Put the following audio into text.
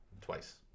twice